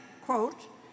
quote